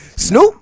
Snoop